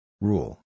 Rule